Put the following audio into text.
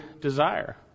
desire